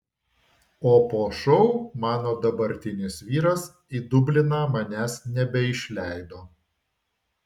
o po šou mano dabartinis vyras į dubliną manęs nebeišleido